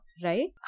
right